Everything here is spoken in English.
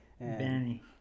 Benny